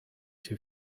too